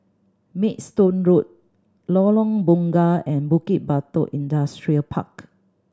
Maidstone Road Lorong Bunga and Bukit Batok Industrial Park